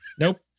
Nope